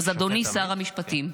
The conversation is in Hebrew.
אז אדוני שר המשפטים,